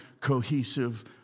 cohesive